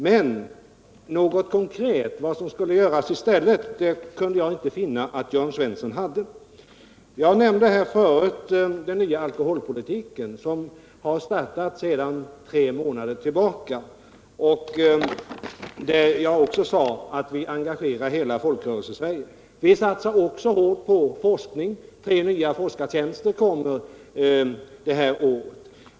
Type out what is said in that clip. Men något konkret förslag till vad som i stället skulle göras kunde jag inte finna i hans anförande. Jag nämnde här förut den nya alkoholpolitiken som förs sedan tre månader tillbaka. Jag sade också att vi engagerar hela Folkrörelsesverige. Vi satsar även hårt på forskning. Tre nya forskartjänster kommer under det här året.